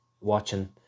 watching